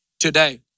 today